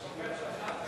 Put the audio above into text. נמנעים,